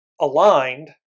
aligned